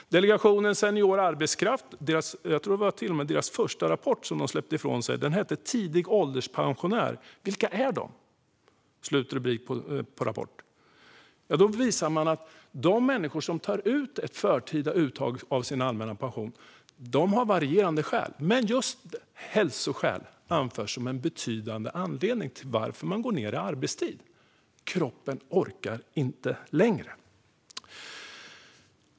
En rapport från Delegationen för senior arbetskraft hette Tidiga ålderspensionärer - vilka är de? Där visade man att människor som gör ett förtida uttag av sin allmänna pension har varierande skäl, men just hälsoskäl anförs som en betydande anledning till att de går ned i arbetstid. Kroppen orkar inte längre.